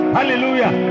Hallelujah